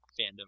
fandom